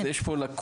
אז יש פה לקונה.